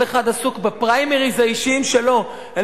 כל אחד עסוק בפריימריס האישיים שלו אל